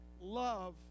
love